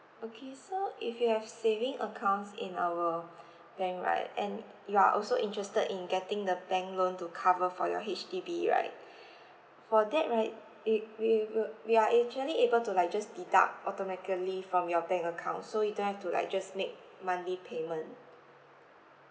okay so if you have saving accounts in our bank right and you're also interested in getting the bank loan to cover for your H_D_B right for that right we we will we are actually able to like just deduct automatically from your bank account so you don't have to like just make monthly payment